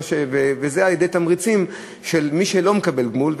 וזה, על-ידי תמריצים, ויש מי שלא מקבל גמול.